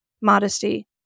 modesty